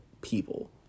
people